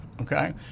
okay